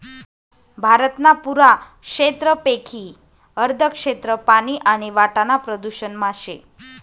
भारतना पुरा क्षेत्रपेकी अर्ध भाग पानी आणि वाटाना प्रदूषण मा शे